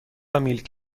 میلک